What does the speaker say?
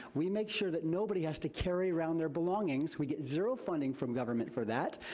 we make sure that nobody has to carry around their belongings. we get zero funding from government for that,